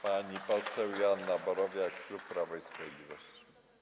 Pani poseł Joanna Borowiak, klub Prawo i Sprawiedliwość.